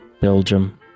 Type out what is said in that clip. Belgium